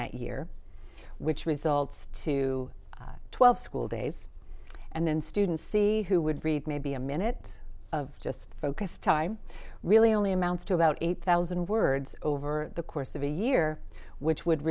that year which results to twelve school days and then students see who would read maybe a minute of just focus time really only amounts to about eight thousand words over the course of a year which would